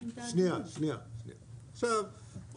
עכשיו,